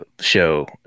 show